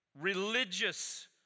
religious